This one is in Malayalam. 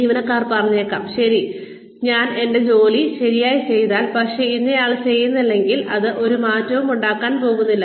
ജീവനക്കാർ പറഞ്ഞേക്കാം ശരി ഞാൻ എന്റെ ജോലി ശരിയായി ചെയ്താൽ പക്ഷെ ഇന്നയാൾ ചെയ്യുന്നില്ലയെങ്കിൽ അത് ഒരു മാറ്റവും ഉണ്ടാക്കാൻ പോകുന്നില്ല